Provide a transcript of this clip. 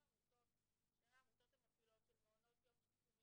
שלפעמים עמותות שהן העמותות המפעילות של מעונות יום שיקומיים,